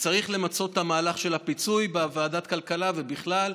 וצריך למצות את המהלך של הפיצוי בוועדת הכלכלה ובכלל.